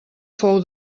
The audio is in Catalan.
fou